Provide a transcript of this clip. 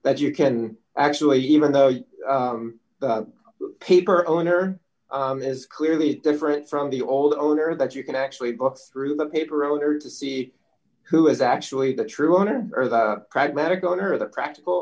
that you can actually even though your paper owner is clearly different from the old owner that you can actually books through the paper in order to see who is actually the true owner or the pragmatic owner of the practical